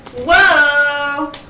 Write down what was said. Whoa